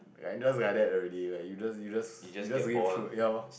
like just like that already you just you just you just live through ya lor